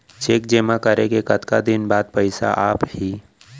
Cheque जेमा करें के कतका दिन बाद पइसा आप ही?